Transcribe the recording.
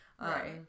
Right